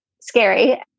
scary